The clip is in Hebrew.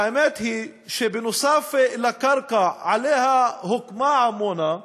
והאמת היא, שנוסף על הקרקע שעליה הוקמה עמונה,